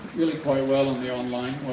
really quite well in the online.